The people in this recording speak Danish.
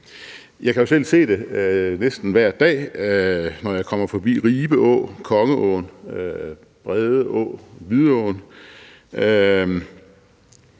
Jeg kan jo selv se det næsten hver dag, når jeg kommer forbi Ribe Å, Kongeåen, Brede Å, Vidåen